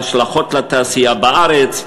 ההשלכות על התעשייה בארץ,